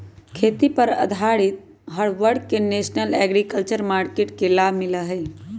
खेती पर आधारित हर वर्ग के नेशनल एग्रीकल्चर मार्किट के लाभ मिला हई